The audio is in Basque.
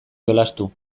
jolastu